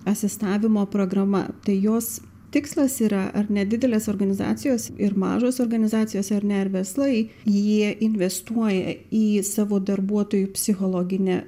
asistavimo programa tai jos tikslas yra ar ne didelės organizacijos ir mažos organizacijos ar ne ir verslai jie investuoja į savo darbuotojų psichologinę